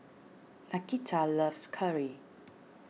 Nakita loves curry